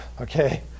okay